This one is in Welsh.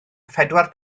phedwar